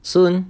soon